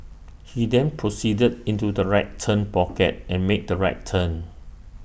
he then proceeded into the right turn pocket and made the right turn